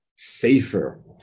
Safer